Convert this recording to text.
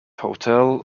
hotel